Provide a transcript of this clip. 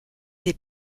des